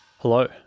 Hello